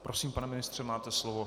Prosím, pane ministře, máte slovo.